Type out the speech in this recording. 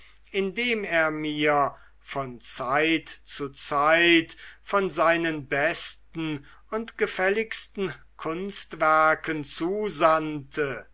indem er mir von zeit zu zeit von seinen besten und gefälligsten kunstwerken zusandte